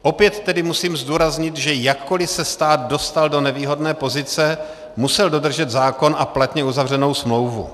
Opět tedy musím zdůraznit, že jakkoli se stát dostal do nevýhodné pozice, musel dodržet zákon a platně uzavřenou smlouvu.